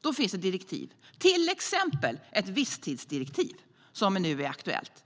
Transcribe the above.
Det finns direktiv - till exempel ett visstidsdirektiv, som nu är aktuellt.